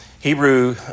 Hebrew